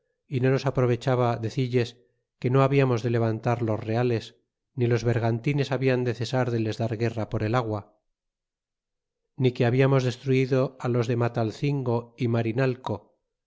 y no nos aprovecbaba decill e s que no habiamos de levantar los reales ni los a bergantines hablan de cesar de les dar guerra por el agua ni que hablamos destruido los de matalcingo y marinalco